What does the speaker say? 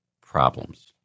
problems